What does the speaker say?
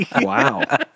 wow